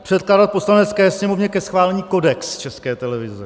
předkládat Poslanecké sněmovně ke schválení Kodex České televize;